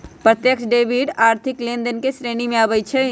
प्रत्यक्ष डेबिट आर्थिक लेनदेन के श्रेणी में आबइ छै